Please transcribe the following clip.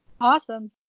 awesome